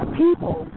people